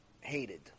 hated